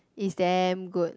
it's damn good